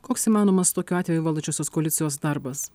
koks įmanomas tokiu atveju valdančiosios koalicijos darbas